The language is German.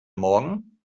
morgen